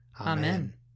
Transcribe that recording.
Amen